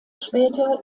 später